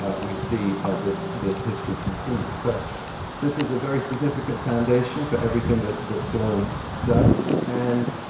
ah we see this this history continue. so this is a very significant foundation for everything that that sloane does, and